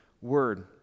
word